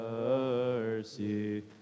mercy